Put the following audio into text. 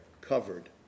covered